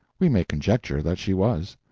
we may conjecture that she was.